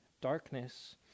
darkness